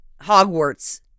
Hogwarts